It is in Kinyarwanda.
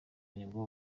nibwo